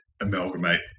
amalgamate